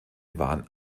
waren